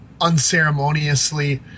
unceremoniously